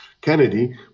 Kennedy